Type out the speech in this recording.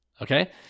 Okay